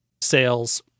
sales